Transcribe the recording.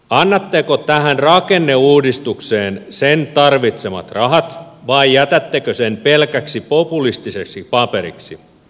annatteko tähän rakenneuudistukseen sen tarvitsemat rahat vai jätättekö sen pelkäksi populistiseksi paperiksi